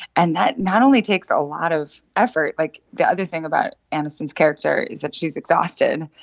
and that not only takes a lot of effort like, the other thing about aniston's character is that she's exhausted.